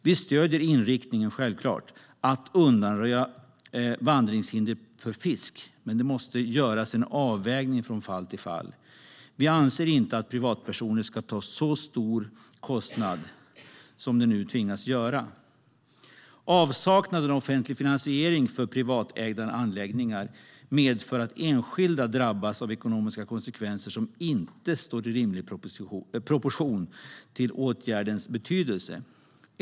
Vi stöder självfallet inriktningen att undanröja vandringshinder för fisk, men det måste göras en avvägning från fall till fall. Vi anser inte att privatpersoner ska ta så stor kostnad som de nu tvingas göra. Avsaknaden av offentlig finansiering för privatägda anläggningar medför att enskilda drabbas av ekonomiska konsekvenser som inte står i rimlig proportion till åtgärdens betydelse.